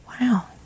Wow